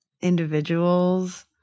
individuals